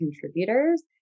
contributors